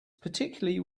particularly